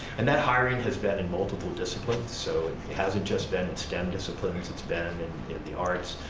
and that hiring has been in multiple disciplines, so it hasn't just been stem disciplines, it's been in the arts.